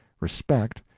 respect,